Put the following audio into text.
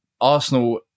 Arsenal